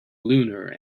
lunar